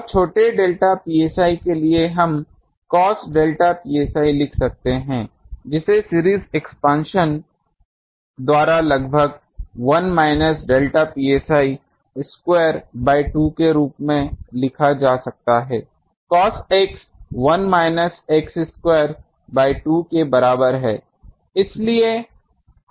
अब छोटे delta psi के लिए हम cos डेल्टा psi लिख सकते हैं जिसे सीरीज एक्सपांशन द्वारा लगभग 1 minus delta psi square by 2 के रूप में लिखा जा सकता है cos x 1 minus x square by 2 के बराबर है